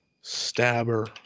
stabber